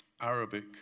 Arabic